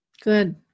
Good